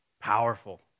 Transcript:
powerful